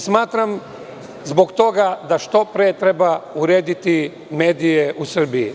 Smatram zbog toga da što pre treba urediti medije u Srbiji.